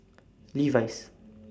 Levi's